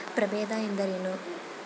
ಪ್ರಭೇದ ಎಂದರೇನು?